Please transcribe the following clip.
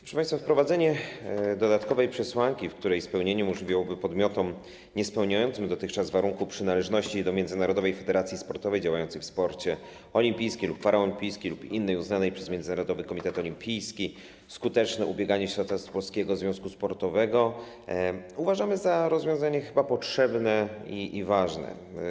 Proszę państwa, wprowadzenie dodatkowej przesłanki, której spełnienie umożliwiałoby podmiotom niespełniającym dotychczas warunku przynależności do międzynarodowej federacji sportowej działającej w sporcie olimpijskim lub paraolimpijskim lub innej uznanej przez Międzynarodowy Komitet Olimpijski skuteczne ubieganie się o utworzenie polskiego związku sportowego uważamy za rozwiązanie chyba potrzebne i ważne.